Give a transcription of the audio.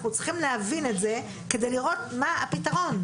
אנחנו צריכים להבין את זה כדי לראות מה הפתרון.